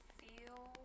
feel